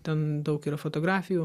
ten daug yra fotografijų